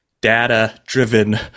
data-driven